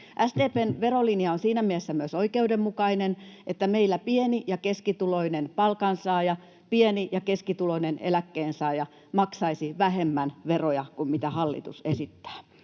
SDP:n verolinja on myös oikeudenmukainen siinä mielessä, että meillä pieni- ja keskituloinen palkansaaja, pieni- ja keskituloinen eläkkeensaaja maksaisi vähemmän veroja kuin mitä hallitus esittää.